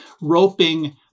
roping